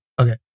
Okay